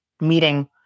meeting